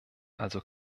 also